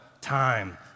time